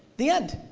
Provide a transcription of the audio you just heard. the end.